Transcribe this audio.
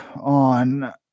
on